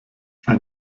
ein